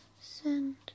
send